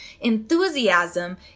enthusiasm